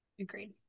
agreed